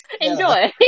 enjoy